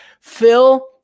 Phil